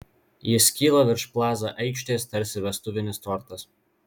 jis kyla virš plaza aikštės tarsi vestuvinis tortas